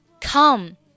Come